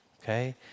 okay